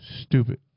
Stupid